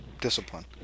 discipline